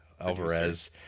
Alvarez